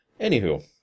Anywho